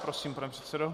Prosím, pane předsedo.